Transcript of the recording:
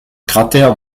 cratère